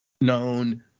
known